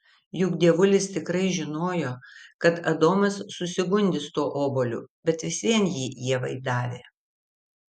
juk dievulis tikrai žinojo kad adomas susigundys tuo obuoliu bet vis vien jį ievai davė